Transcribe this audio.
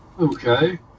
Okay